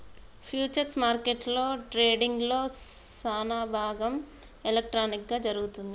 futures మార్కెట్లో ట్రేడింగ్లో సానాభాగం ఎలక్ట్రానిక్ గా జరుగుతుంది